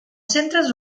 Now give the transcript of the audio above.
centres